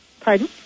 Pardon